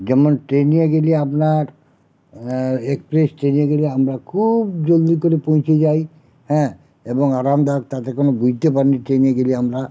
যেমন ট্রেনে গেলে আপনার এক্সপ্রেস ট্রেনে গেলে আমরা খুব জলদি করে পৌঁছে যাই হ্যাঁ এবং আরামদায়ক তাতে কোনো বুঝতে পারি নি ট্রেনে গেলে আমরা